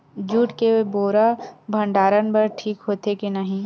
Jute के बोरा भंडारण बर ठीक होथे के नहीं?